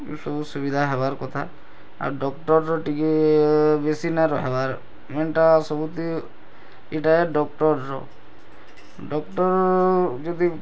ଏ ସବୁ ସୁବିଧା ହେବାର୍ କଥା ଆଉ ଡକ୍ଟରର ଟିକେ ବେଶି ନାଁ ରହିବାର୍ ମନ୍ଟା ସବୁତି ଇଟା ଡକ୍ଟରର ଡକ୍ଟର ଯଦି